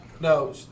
No